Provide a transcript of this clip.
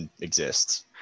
exists